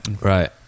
Right